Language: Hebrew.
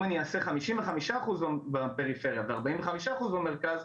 אם אני אעשה 55% בפריפריה ו-45% במרכז,